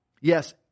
Yes